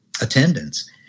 attendance